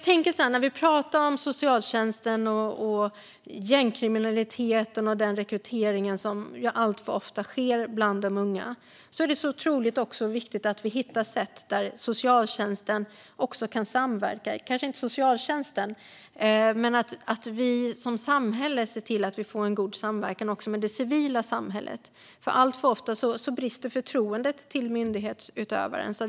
När vi pratar om socialtjänsten, gängkriminaliteten och den rekrytering som alltför ofta sker bland de unga är det också otroligt viktigt att vi hittar sätt att som samhälle se till att vi får en god samverkan även med det civila samhället. Alltför ofta brister förtroendet för myndighetsutövaren.